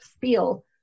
feel